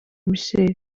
michel